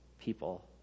people